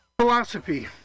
Philosophy